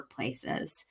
workplaces